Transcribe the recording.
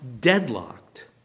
deadlocked